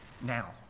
Now